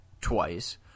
twice